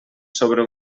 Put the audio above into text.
sobre